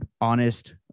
honest